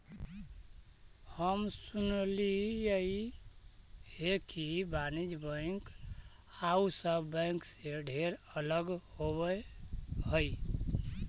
हम सुनलियई हे कि वाणिज्य बैंक आउ सब बैंक से ढेर अलग होब हई